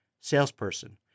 Salesperson